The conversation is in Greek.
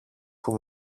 που